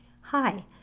Hi